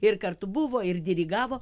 ir kartu buvo ir dirigavo